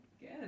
Good